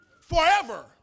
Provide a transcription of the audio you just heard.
Forever